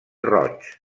roig